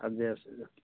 ଆଜି ଆସିଛ